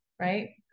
right